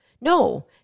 No